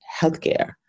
healthcare